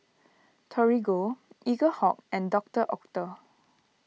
Torigo Eaglehawk and Doctor Oetker